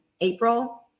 April